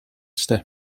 step